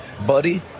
Buddy